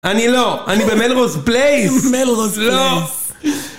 אני לא. אני במלרוס בלייס. במלרוס בלייס. לא.